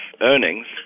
earnings